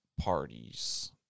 parties